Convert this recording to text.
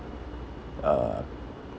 uh